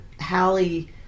hallie